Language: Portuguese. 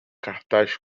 cartaz